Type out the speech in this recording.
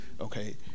Okay